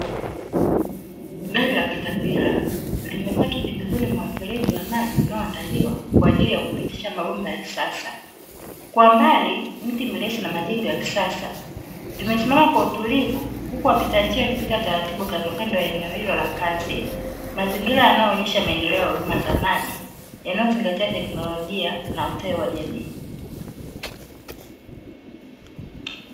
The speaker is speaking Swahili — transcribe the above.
Gari la katapila limepaki pembezoni mwa mfereji wa maji unaoandaliwa kwa ajili ya kupitisha mabomba ya kisasa. Kwa mbali mti mrefu na majengo ya kisasa vimesimama kwa utulivu, huku wapita njia wakipita taratibu kandokando ya eneo hilo la kazi , mazingira yanayoonesha maendeleo ya huduma za maji yanayozingatia teknolojia na ustawi wa jamii.